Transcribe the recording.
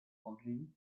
orgy